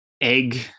egg